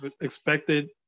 expected